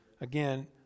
Again